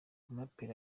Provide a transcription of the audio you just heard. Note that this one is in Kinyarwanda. umuraperi